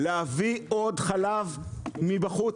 להביא עוד חלב מבחוץ